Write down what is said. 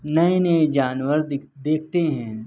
نئے نئے جانور دکھ دیکھتے ہیں